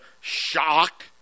shock